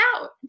out